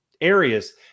areas